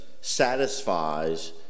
satisfies